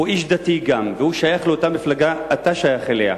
הוא גם איש דתי והוא שייך לאותה מפלגה שאתה שייך אליה,